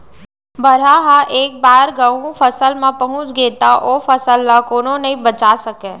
बरहा ह एक बार कहूँ फसल म पहुंच गे त ओ फसल ल कोनो नइ बचा सकय